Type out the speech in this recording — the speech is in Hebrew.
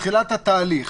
בתחילת התהליך,